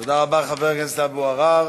תודה רבה, חבר הכנסת אבו עראר.